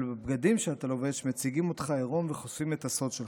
אבל הבגדים שאתה לובש מציגים אותך עירום וחושפים את הסוד שלך.